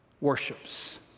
worships